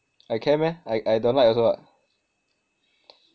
I can meh I I don't like also [what]